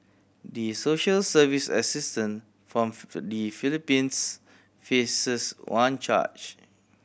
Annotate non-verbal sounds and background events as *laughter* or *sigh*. the social service assistant from *unintelligible* the Philippines faces one charge